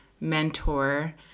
mentor